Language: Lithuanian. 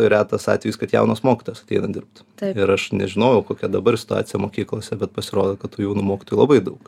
retas atvejis kad jaunas mokytojas ateina dirbt ir aš nežinojau kokia dabar situacija mokyklose bet pasirodo kad tų jaunų mokytojų labai daug